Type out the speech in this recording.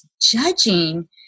judging